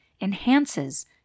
enhances